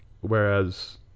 Whereas